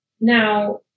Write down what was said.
Now